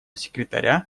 секретаря